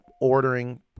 ordering